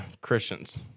Christians